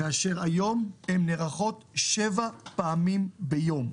שנערכות היום שבע פעמים ביום.